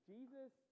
Jesus